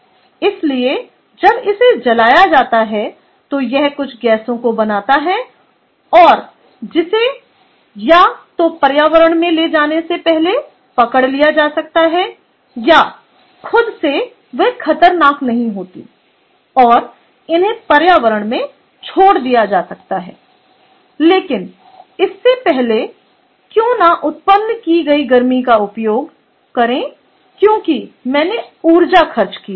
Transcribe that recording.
इसलिए जब इसे जलाया जाता है तो यह कुछ गैसों को बनाता है जिसे या तो पर्यावरण में ले जाने से पहले पकड़ लिया जा सकता है या खुद से वे खतरनाक नहीं होती और इन्हें पर्यावरण में छोड़ दिया जा सकता है लेकिन इससे पहले क्यों न उत्पन्न की गई गर्मी का उपयोग करें क्योंकि मैंने ऊर्जा खर्च की है